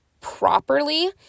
properly